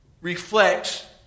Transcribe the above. reflects